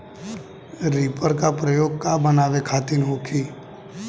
Reaper का प्रयोग का बनावे खातिन होखि?